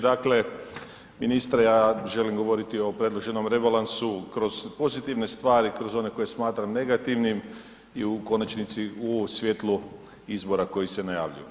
Dakle, ministre ja želim govoriti o predloženom rebalansu kroz pozitivne stvari, kroz one koje smatram negativnim i u konačnici u svjetlu izbora koji se najavljuju.